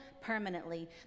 permanently